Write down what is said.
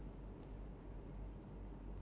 that's like the top thing lah